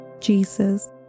Jesus